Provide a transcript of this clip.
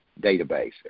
database